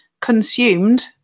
consumed